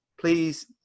please